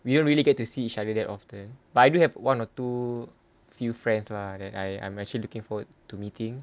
we don't really get to see each other that often but I do have one or two few friends lah that I I'm actually looking forward to meeting